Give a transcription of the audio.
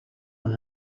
one